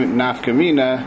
nafkamina